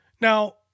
Now